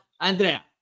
Andrea